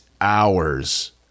hours